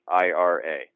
IRA